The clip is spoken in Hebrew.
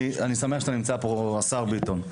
אני שמח שאתה נמצא פה השר ביטון,